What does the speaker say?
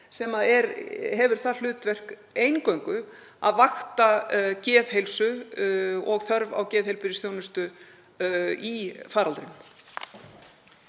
sem hefur það hlutverk eingöngu að vakta geðheilsu og þörf á geðheilbrigðisþjónustu í faraldrinum.